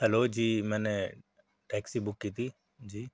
hello جی میں نے ٹیکسی بک کی تھی جی